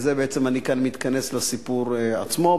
ובזה אני בעצם מתכנס לסיפור עצמו,